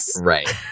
Right